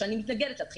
שאני מתנגדת לה,